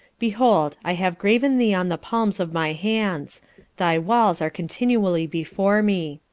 behold i have graven thee on the palms of my hands thy walls are continually before me.